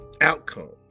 outcomes